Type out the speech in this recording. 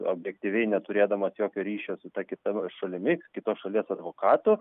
objektyviai neturėdamas jokio ryšio su ta kita šalimi kitos šalies advokatu